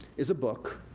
is a book,